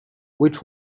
which